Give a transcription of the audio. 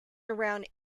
around